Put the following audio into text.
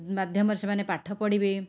ମାଧ୍ୟମରେ ସେମାନେ ପାଠ ପଢ଼ିବେ